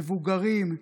מבוגרים,